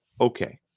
okay